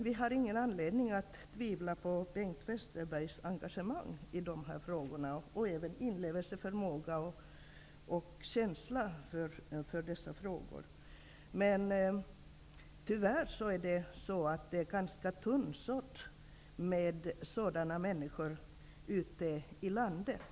Vi har ingen anledning att tvivla på det engagemang, den inlevelseförmåga och den känsla som Bengt Westerberg visar i dessa frågor, men tyvärr är det ganska tunnsått med sådana människor ute i landet.